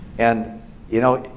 and you know,